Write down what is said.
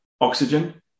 oxygen